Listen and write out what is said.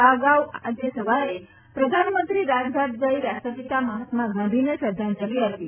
આ અગાઉ આજે સવારે પ્રધાનમંત્રી રાજઘાટ જઈ રાષ્ટ્રપિતા મહાત્મા ગાંધીને શ્રદ્વાંજલી અર્પી